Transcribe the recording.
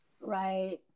Right